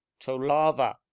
Tolava